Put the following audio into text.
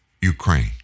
Ukraine